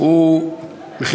וזה